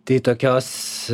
tai tokios